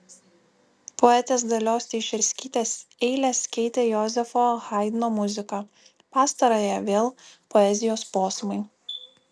poetės dalios teišerskytės eiles keitė jozefo haidno muzika pastarąją vėl poezijos posmai